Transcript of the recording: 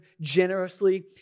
generously